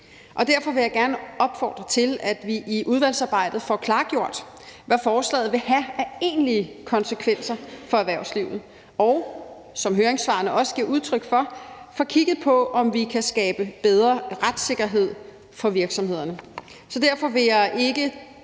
Derfor vil jeg gerne opfordre til, at vi i udvalgsarbejdet får klargjort, hvad forslaget vil have af egentlige konsekvenser for erhvervslivet, og, som høringssvarene også giver udtryk for, får kigget på, om vi kan skabe bedre retssikkerhed for virksomhederne.